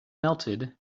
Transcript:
melted